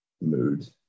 mood